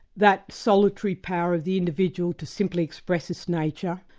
that solitary power of the individual to simply express its nature,